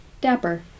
Dapper